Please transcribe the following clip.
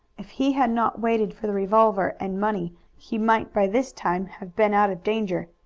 if he had not waited for the revolver and money he might by this time have been out of danger.